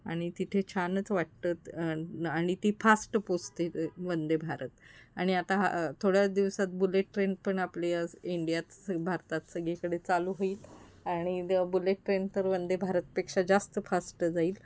आणि तिथे छानच वाटतं आणि ती फास्ट पोचते वंदेभारत आणि आता हा थोड्याच दिवसात बुलेट ट्रेन पण आपली आज इंडियात भारतात सगळीकडे चालू होईल आणि द बुलेट ट्रेन तर वंदेभारतपेक्षा जास्त फास्ट जाईल